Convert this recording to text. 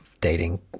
dating